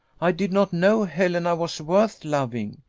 i did not know helena was worth loving.